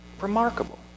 Remarkable